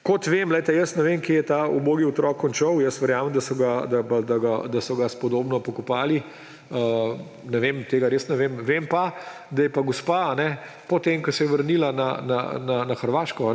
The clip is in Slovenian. Kot vem ‒ jaz ne vem, kje je ta ubodi otrok končal ‒ jaz verjamem, da so ga spodobno pokopali. Ne vem, tega res ne vem. Vem pa, da je gospa, potem ko se je vrnila na Hrvaško,